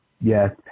yes